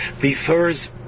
refers